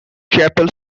chapel